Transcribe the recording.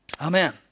Amen